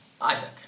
Isaac